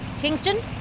Kingston